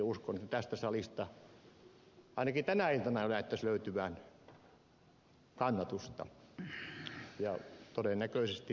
uskon että tästä salista ainakin tänä iltana näyttäisi löytyvän kannatusta ja todennäköisesti myöhemminkin